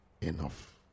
enough